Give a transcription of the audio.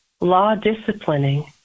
law-disciplining